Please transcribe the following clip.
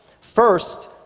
First